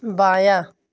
بایاں